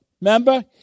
remember